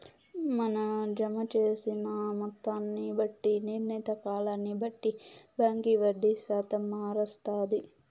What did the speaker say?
మన జమ జేసిన మొత్తాన్ని బట్టి, నిర్ణీత కాలాన్ని బట్టి బాంకీ వడ్డీ శాతం మారస్తాది